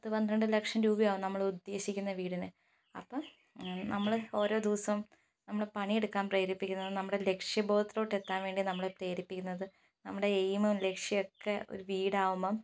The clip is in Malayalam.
പത്ത് പന്ത്രണ്ട് ലക്ഷം രൂപയാകും നമ്മളുദ്ദേശിക്കുന്ന വീടിന് അപ്പം നമ്മള് ഓരൊ ദിവസം നമ്മള് പണിയെടുക്കാൻ പ്രേരിപ്പിക്കുന്നത് നമ്മുടെ ലക്ഷ്യബോധത്തിലോട്ടെത്താൻ വേണ്ടി നമ്മളെ പ്രേരിപ്പിക്കുന്നത് നമ്മുടെ ഐമും ലക്ഷ്യമൊക്കേ ഒരു വീടാകുമ്പം